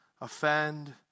offend